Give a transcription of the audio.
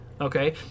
Okay